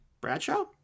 bradshaw